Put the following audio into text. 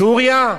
סוריה,